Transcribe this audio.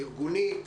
ארגונית.